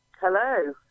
Hello